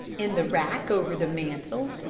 in the rack over the mantel.